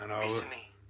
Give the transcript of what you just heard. recently